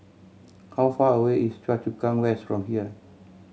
how far away is Choa Chu Kang West from here